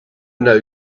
know